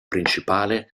principale